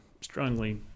strongly